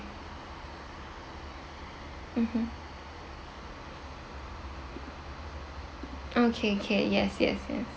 mmhmm oh K K yes yes yes